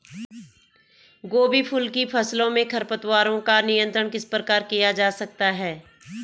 गोभी फूल की फसलों में खरपतवारों का नियंत्रण किस प्रकार किया जा सकता है?